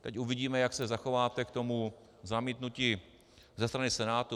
Teď uvidíme, jak se zachováte k tomu zamítnutí ze strany Senátu.